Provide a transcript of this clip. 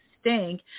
stink